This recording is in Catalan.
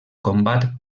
combat